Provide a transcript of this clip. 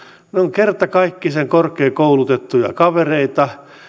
kertakaikkisen korkeakoulutettuja kavereita